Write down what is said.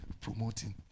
promoting